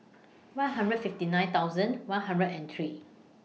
one hundred fifty nine thousand one hundred and three